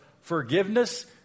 forgiveness